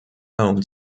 owned